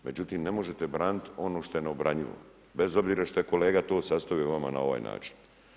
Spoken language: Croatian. Međutim, ne možete braniti ono što je neobranjivo, bez obzira što je kolega to sastavimo vama na ovaj način.